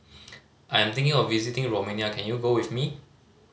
I'm thinking of visiting Romania can you go with me